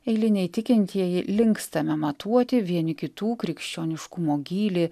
eiliniai tikintieji linkstame matuoti vieni kitų krikščioniškumo gylį